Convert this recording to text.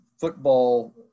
football